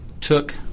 took